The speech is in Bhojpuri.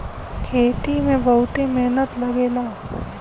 खेती में बहुते मेहनत लगेला